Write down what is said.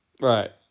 Right